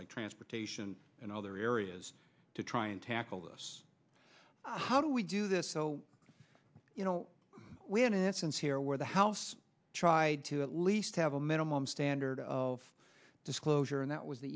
like transportation and other areas to try and tackle this how do we do this so you know when a chance here where the house tried to at least have a minimum standard of disclosure and that was the